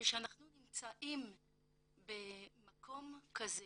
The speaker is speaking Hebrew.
כשאנחנו נמצאים במקום כזה,